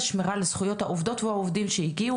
שמירה על זכויות העובדות והעובדים שהגיעו